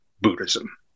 Buddhism